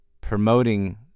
promoting